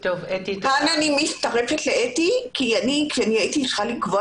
אני מצטרפת לאתי כי כשהייתי צריכה לקבוע